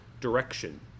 direction